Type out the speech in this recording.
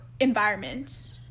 environment